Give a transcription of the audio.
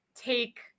take